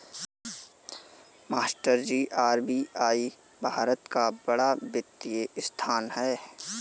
मास्टरजी आर.बी.आई भारत का बड़ा वित्तीय संस्थान है